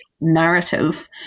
narrative